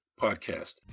podcast